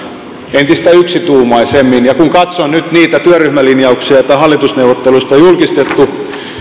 entistä yksituumaisemmin ja kun katson nyt niitä työryhmälinjauksia joita hallitusneuvotteluista on julkistettu